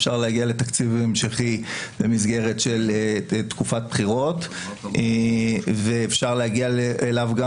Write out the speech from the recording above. אפשר להגיע לתקציב המשכי במסגרת של תקופת בחירות ואפשר להגיע אליו גם